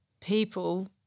people